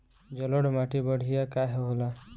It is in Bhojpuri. जलोड़ माटी बढ़िया काहे होला?